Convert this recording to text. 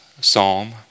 psalm